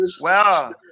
Wow